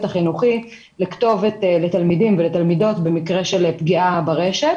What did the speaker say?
החינוכי לכתובת לתלמידים ולתלמידות במקרה של פגיעה ברשת.